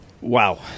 wow